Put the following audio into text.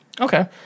Okay